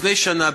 לפני שנה,